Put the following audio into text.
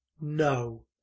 No